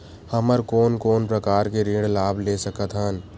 हमन कोन कोन प्रकार के ऋण लाभ ले सकत हन?